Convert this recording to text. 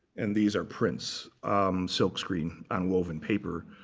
and these are prints silkscreen on woven paper,